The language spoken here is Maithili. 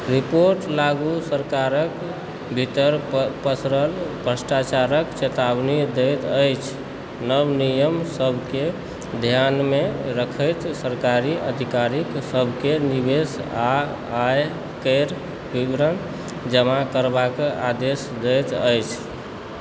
रिपोर्ट आगू सरकारक भीतर पसरल भ्रष्टाचारक चेतावनी दैत अछि नव नियम सभके ध्यानमे रखैत सरकारी अधिकारी सभके निवेश आ आय केर विवरण जमा करबाक आदेश दैत अछि